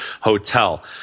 hotel